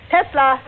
Tesla